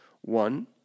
One